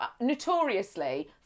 Notoriously